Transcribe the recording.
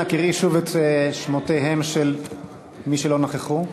אנא קראי שוב את שמותיהם של מי שלא נכחו.